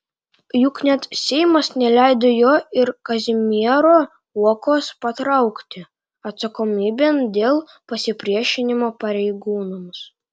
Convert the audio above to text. juk net seimas neleido jo ir kazimiero uokos patraukti atsakomybėn dėl pasipriešinimo pareigūnams